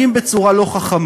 אנחנו מתנהגים בצורה לא חכמה.